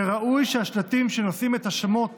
וראוי שהשלטים שנושאים את השמות